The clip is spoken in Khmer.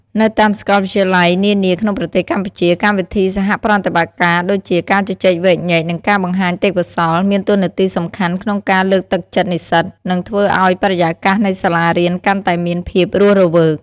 នៅតាមសាកលវិទ្យាល័យនានាក្នុងប្រទេសកម្ពុជា កម្មវិធីសហប្រតិបត្តិដូចជាការជជែកវែកញែក និងការបង្ហាញទេពកោសល្យ មានតួនាទីសំខាន់ក្នុងការលើកទឹកចិត្តនិស្សិត និងធ្វើឲ្យបរិយាកាសនៃសាសារៀនកាន់តែមានភាពរស់រវើក។